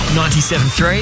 97.3